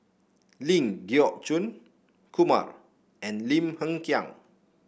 Ling Geok Choon Kumar and Lim Hng Kiang